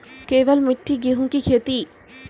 केवल मिट्टी गेहूँ की खेती?